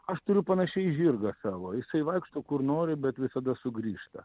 aš turiu panašiai žirgą savo jisai vaikšto kur nori bet visada sugrįžta